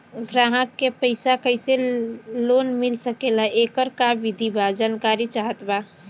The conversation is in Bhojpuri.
ग्राहक के कैसे कैसे लोन मिल सकेला येकर का विधि बा जानकारी चाहत बा?